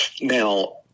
now